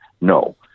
No